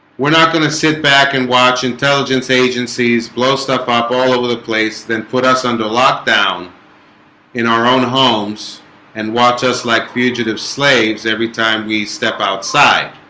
we're not going to sit back and watch intelligence agencies blow stuff up all over the place then put us under lockdown in our own homes and watch us like fugitive slaves every time we step outside